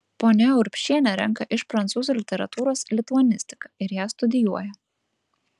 ponia urbšienė renka iš prancūzų literatūros lituanistiką ir ją studijuoja